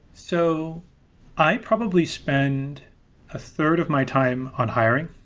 so i probably spend a third of my time on hiring,